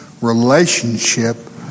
relationship